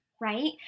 right